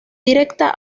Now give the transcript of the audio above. directa